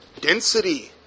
density